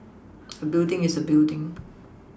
a building is a building